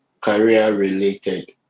career-related